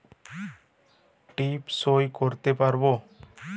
টিপ সই করতে পারবো?